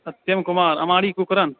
प्रेम कुमार अमाड़ि कुपरान